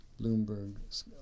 Bloomberg